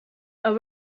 are